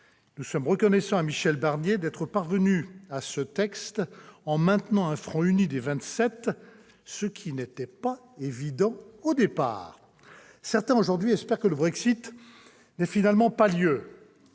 Nous sommes reconnaissants à Michel Barnier d'être parvenu à élaborer ce texte en maintenant un front uni des Vingt-Sept, ce qui n'était pas évident au départ ! Certains, aujourd'hui, espèrent que le Brexit n'ait finalement pas lieu.